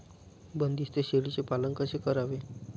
बंदिस्त शेळीचे पालन कसे करावे?